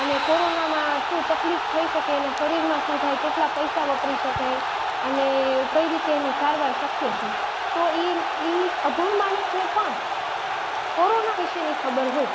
અને કોરોનામાં શું તકલીફ થઈ શકે એનાં શરીરમાં શું થાય કેટલા પૈસા વાપરી શકાય અને કઈ રીતે એની સારવાર શક્ય છે તો એ એ અભણ માણસને પણ કોરોના વિશેની ખબર હોય